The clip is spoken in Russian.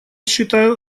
считаю